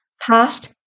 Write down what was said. past